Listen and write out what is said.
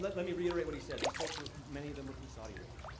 let let me reiterate what he said these folks were many of them were from saudi arabia.